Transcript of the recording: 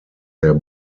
der